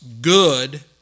good